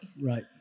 Right